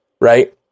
right